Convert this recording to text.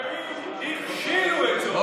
הימין הכשילו את זה,